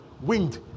Wind